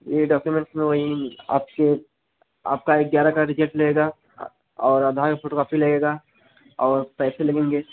यह डाक्यूमेंट्स में वही आपके आपका और आधार फ़ोटो कॉपी लगेगा और पैसे लगेंगे